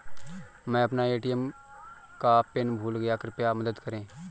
मै अपना ए.टी.एम का पिन भूल गया कृपया मदद करें